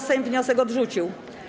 Sejm wniosek odrzucił.